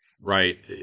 Right